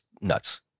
nuts